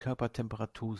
körpertemperatur